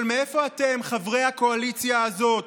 אבל מאיפה אתם, חברי הקואליציה הזאת,